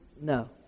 no